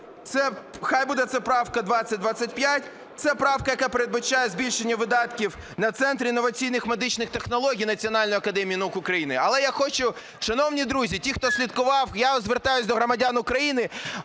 Хай буде це правка 2025. Це правка, яка передбачає збільшення видатків на Центр інноваційних медичних технологій Національної академії наук України. Але я хочу… Шановні друзі, ті, хто слідкував, я звертаюсь до громадян України.